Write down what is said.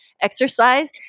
exercise